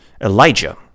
Elijah